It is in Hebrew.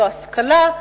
זו השכלה.